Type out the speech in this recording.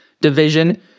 division